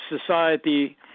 society